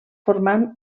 formant